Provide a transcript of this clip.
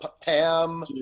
Pam